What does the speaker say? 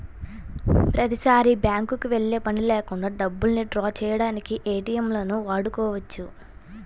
ప్రతిసారీ బ్యేంకుకి వెళ్ళే పని లేకుండా డబ్బుల్ని డ్రా చేయడానికి ఏటీఎంలను వాడుకోవచ్చు